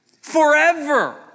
forever